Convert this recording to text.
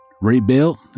Rebuilt